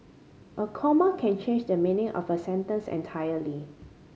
a comma can change the meaning of a sentence entirely